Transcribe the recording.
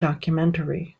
documentary